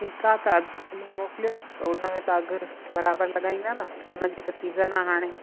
ठीकु आहे त अधि किलो मोकलियोसि त उनमें त अघि बराबरि लॻाईंदा न उनजी त सीजन आहे हाणे